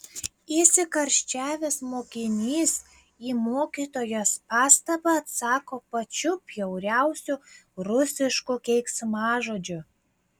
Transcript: įsikarščiavęs mokinys į mokytojos pastabą atsako pačiu bjauriausiu rusišku keiksmažodžiu